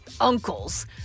uncles